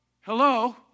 Hello